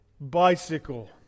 bicycle